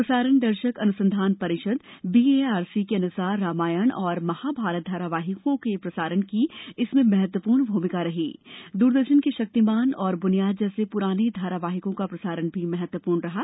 प्रसारण दर्शक अनुसंधान परिषद बीएआरसी के अनुसार रामायण और महाभारत धारावाहिकों के प्रसारण की इसमें महत्वपूर्ण भूमिका रही और इसमें दूरदर्शन के शक्तिमान और बुनियाद जैसे पुराने धारावाहिकों का प्रसारण भी महत्वपूर्ण रहा